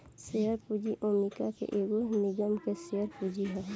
share पूंजी America के एगो निगम के शेयर पूंजी ह